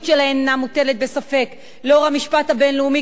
שלהם אינה מוטלת בספק לאור המשפט הבין-לאומי,